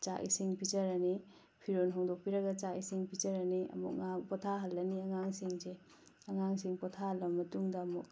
ꯆꯥꯛ ꯏꯁꯤꯡ ꯄꯤꯖꯔꯅꯤ ꯐꯤꯔꯣꯟ ꯍꯣꯡꯗꯣꯛꯄꯤꯔꯒ ꯆꯥꯛ ꯏꯁꯤꯡ ꯄꯤꯖꯔꯅꯤ ꯑꯃꯨꯛ ꯉꯥꯏꯍꯥꯛ ꯄꯣꯊꯥꯍꯜꯂꯅꯤ ꯑꯉꯥꯡꯁꯤꯡꯁꯦ ꯑꯉꯥꯡꯁꯤꯡ ꯄꯣꯊꯥꯍꯜꯂ ꯃꯇꯨꯡꯗ ꯑꯃꯨꯛ